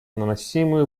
наносимый